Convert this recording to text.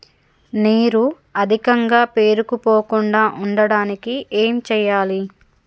నీరు అధికంగా పేరుకుపోకుండా ఉండటానికి ఏం చేయాలి?